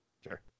Sure